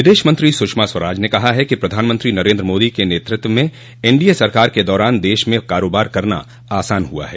विदेश मंत्री सुषमा स्वराज ने कहा है कि प्रधानमंत्री नरेन्द्र मोदी के नेतृत्व में एनडीए सरकार के दौरान देश में कारोबार करना आसान हुआ है